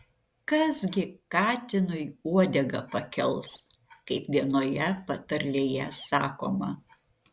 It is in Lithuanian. kas gi katinui uodegą pakels kaip vienoje patarlėje sakoma